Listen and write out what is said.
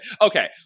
Okay